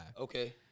Okay